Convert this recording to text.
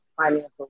financial